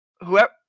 whoever